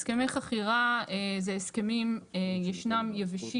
הסכמי חכירה זה הסכמים יבשים,